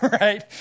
right